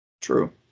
True